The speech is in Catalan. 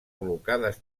col·locades